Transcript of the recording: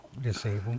disabled